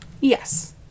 Yes